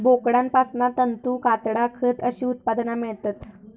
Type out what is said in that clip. बोकडांपासना तंतू, कातडा, खत अशी उत्पादना मेळतत